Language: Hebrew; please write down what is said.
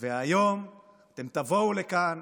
והיום אתם תבואו לכאן